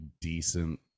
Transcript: decent